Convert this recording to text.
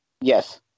Yes